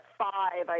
five